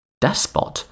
despot